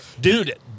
Dude